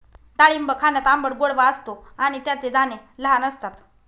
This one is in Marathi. डाळिंब खाण्यात आंबट गोडवा असतो आणि त्याचे दाणे लहान असतात